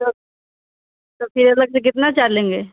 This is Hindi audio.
तो फिर अलग से कितना चार्ज लेंगे